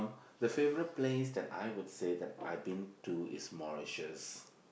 the favourite place that I would say that I been to is Mauritius